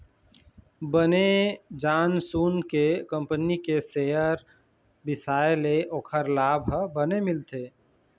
बने जान सून के कंपनी के सेयर बिसाए ले ओखर लाभ ह बने मिलथे